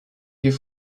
die